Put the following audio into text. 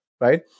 right